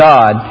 God